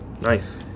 Nice